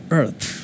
earth